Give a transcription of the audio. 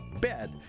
bed